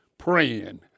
praying